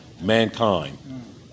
mankind